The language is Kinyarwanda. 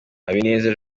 habineza